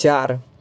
ચાર